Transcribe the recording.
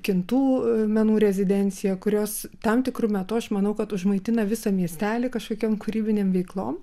kintų menų rezidencija kurios tam tikru metu aš manau kad užmaitina visą miestelį kažkokiom kūrybinėm veiklom